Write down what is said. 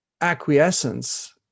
acquiescence